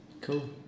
Cool